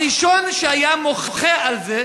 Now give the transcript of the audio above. הראשון שהיה מוחה על זה